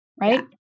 Right